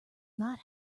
not